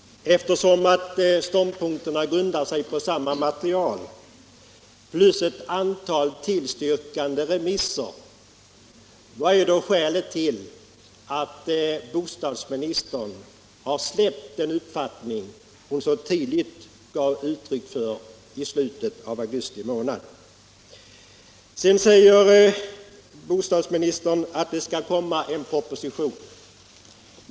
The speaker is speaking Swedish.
Eftersom ståndpunkterna grundar sig på samma material plus ett antal tillstyrkande remissvar blir naturligtvis frågan vad skälet är till att bostadsministern har släppt den uppfattning hon gav uttryck för så sent som i slutet av augusti månad. Sedan säger bostadsministern att det skall komma en proposition.